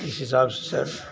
इस हिसाब से स